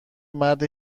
مرد